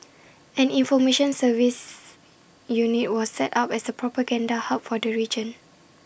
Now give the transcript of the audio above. an information services unit was set up as A propaganda hub for the region